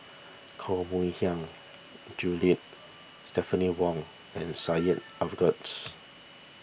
Koh Mui Hiang Julie Stephanie Wong and Syed